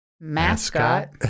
mascot